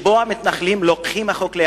שבו המתנחלים לוקחים את החוק לידיים,